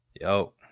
yo